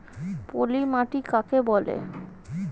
পলি মাটি কাকে বলে?